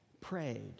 prayed